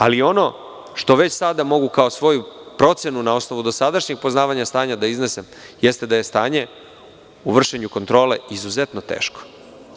Ali, ono što već sada mogu kao svoju procenu na osnovu dosadašnjeg poznavanja stanja da iznesem jeste da je stanje u vršenju kontrole izuzetno teško.